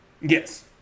yes